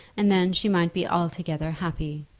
and then she might be altogether happy.